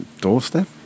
doorstep